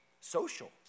social